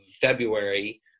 February